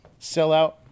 sellout